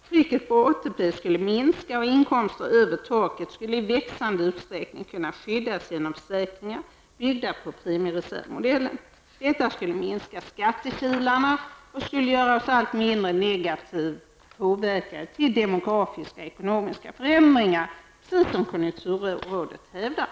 Trycket på ATP skulle minska och inkomster över taket i växande utsträckning skulle kunna skyddas genom försäkringar byggda på premiereservmodellen. Detta skulle minska skattekilarna och göra oss allt mindre negativt påverkade av demografiska och ekonomiska förändringar, precis som konjunkturrådet hävdar.